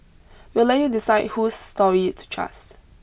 we'll let you decide whose story to trust